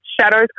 shadows